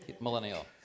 Millennial